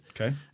Okay